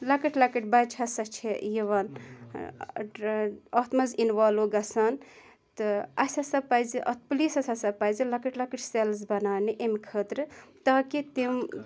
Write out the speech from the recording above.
لَکٕٹۍ لَکٕٹۍ بَچہِ ہَسا چھِ یِوان اَتھ منٛز اِنوالُو گژھان تہٕ اَسہِ ہَسا پَزِ اَتھ پُلیٖسَس ہَسا پَزِ لَکٕٹۍ لَکٕٹۍ سیٚلٕز بَناونہِ ایٚمہِ خٲطرٕ تاکہِ تِم